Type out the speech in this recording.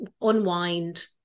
unwind